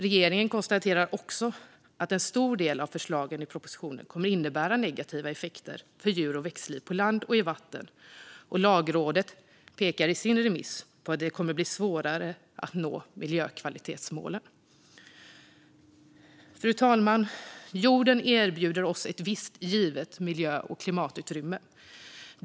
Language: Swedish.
Regeringen konstaterar också att en stor del av förslagen i propositionen kommer att innebära negativa effekter för djur och växtlivet på land och i vatten, och Lagrådet pekar i sin remiss på att det kommer att bli svårare att nå miljökvalitetsmålen. Fru talman! Jorden erbjuder oss ett visst givet miljö och klimatutrymme.